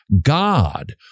God